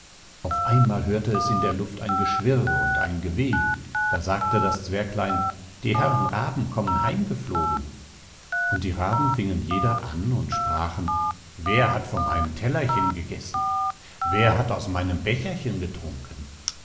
auf einmal hörte es in der luft ein geschwirr und ein geweh da sagte das zwerglein die herren raben kommen heim geflogen und die raben fingen jeder an und sprachen wer hat von meinem tellerchen gegessen wer hat aus meinem becherchen getrunken